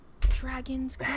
dragons